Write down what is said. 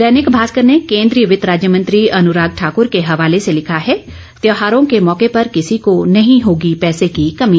दैनिक भास्कर ने केंद्रीय वित राज्यमंत्री अनुराग ठाकुर के हवाले से लिखा है त्यौहारों के मौके पर किसी को नहीं होगी पैसे की कमी